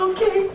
Okay